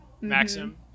Maxim